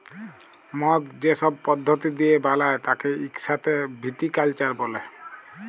মদ যে সব পদ্ধতি দিয়ে বালায় তাকে ইক সাথে ভিটিকালচার ব্যলে